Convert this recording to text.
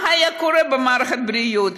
מה היה קורה במערכת הבריאות?